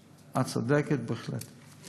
את צודקת בהחלט.